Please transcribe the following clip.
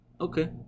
Okay